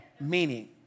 meaning